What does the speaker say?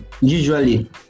Usually